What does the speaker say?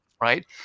right